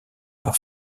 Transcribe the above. par